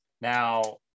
Now